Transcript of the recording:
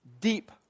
deep